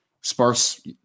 sparse